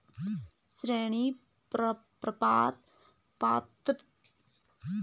ऋण प्राप्त पात्रता की क्या श्रेणी होनी चाहिए?